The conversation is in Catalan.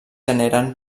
generen